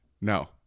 No